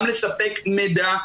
גם לספק מידע.